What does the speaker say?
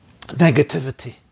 negativity